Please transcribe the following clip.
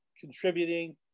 contributing